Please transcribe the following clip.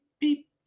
Beep